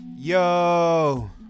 Yo